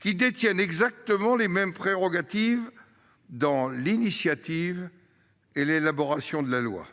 qui détiennent exactement les mêmes prérogatives dans l'initiative et l'élaboration de la loi,